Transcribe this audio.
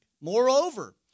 Moreover